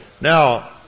Now